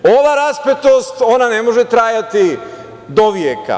Ova raspetost, ona ne može trajati do veka.